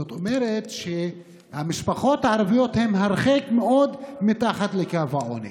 זאת אומרת שהמשפחות הערביות הן הרחק מאוד מתחת לקו העוני.